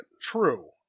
true